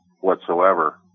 whatsoever